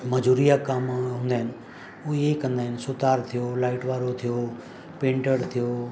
मज़ूरी या कमु हूंदा आहिनि उहे इअं ई कंदा आहिनि सुथार थियो लाइट वारो थियो पेंटर थियो